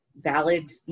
valid